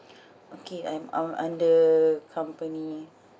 okay I'm I'm under company